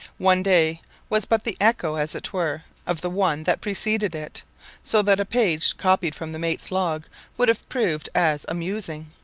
one day was but the echo, as it were, of the one that preceded it so that a page copied from the mate's log would have proved as amusing,